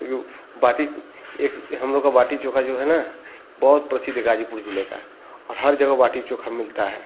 क्योंकि बाटी एक हमलोग का बाटी चोख़ा जो है ना बहुत प्रसिद्ध है गाज़ीपुर जिले का और हर जगह बाटी चोख़ा मिलता है